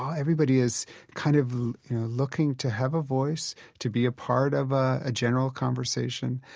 ah everybody is kind of looking to have a voice, to be a part of ah a general conversation.